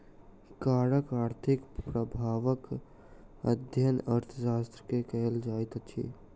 करक आर्थिक प्रभावक अध्ययन अर्थशास्त्र मे कयल जाइत अछि